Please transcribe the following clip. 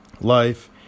life